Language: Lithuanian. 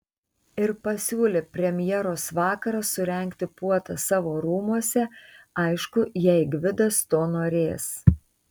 ir pasiūlė premjeros vakarą surengti puotą savo rūmuose aišku jei gvidas to norės